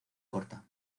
corta